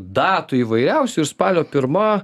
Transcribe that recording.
datų įvairiausių ir spalio pirma